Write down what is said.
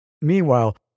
Meanwhile